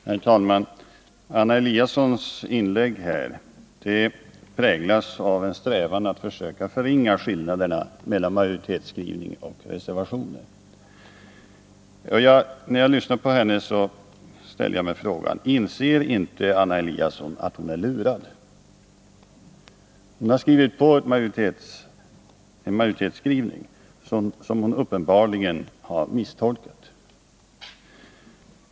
Herr talman! Anna Eliassons inlägg präglas av en strävan att försöka förringa skillnaderna mellan majoritetsskrivningen och reservationen. När jag lyssnade på hennes anförande ställde jag mig frågan: Inser inte Anna Eliasson att hon är lurad? Hon har skrivit under en majoritetsskrivning som hon uppenbarligen har misstolkat.